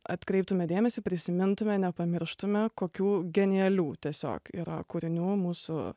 atkreiptume dėmesį prisimintume nepamirštume kokių genialių tiesiog yra kūrinių mūsų